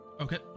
Okay